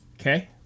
Okay